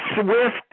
swift